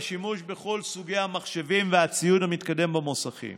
השימוש בכל סוגי המחשבים והציוד המתקדם במוסכים